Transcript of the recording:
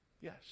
Yes